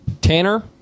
Tanner